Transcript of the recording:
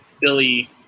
Billy